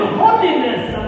holiness